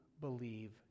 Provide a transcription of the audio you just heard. believe